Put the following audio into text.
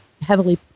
heavily